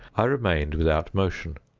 i remained without motion.